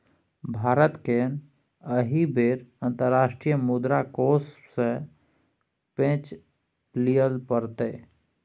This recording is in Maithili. भारतकेँ एहि बेर अंतर्राष्ट्रीय मुद्रा कोष सँ पैंच लिअ पड़तै